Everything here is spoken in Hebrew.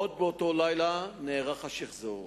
עוד באותו לילה נערך השחזור.